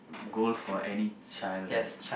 goal for any child right